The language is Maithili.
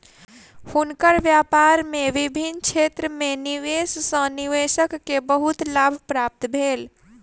हुनकर व्यापार में विभिन्न क्षेत्र में निवेश सॅ निवेशक के बहुत लाभ प्राप्त भेल